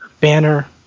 banner